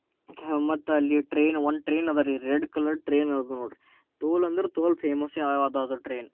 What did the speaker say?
ಮತ್ತಲ್ಲಿ ಟ್ರೇನ್ ಒಂದು ಟ್ರೇನ್ ಇದೆ ರೀ ರೆಡ್ ಕಲರ್ ಟ್ರೇನಿದೆ ನೋಡಿರಿ ತೋಲ್ ಅಂದ್ರೆ ತೋಲ್ ಫೇಮಸ್ಸೇ ಇದೆ ಅದು ಟ್ರೇನ್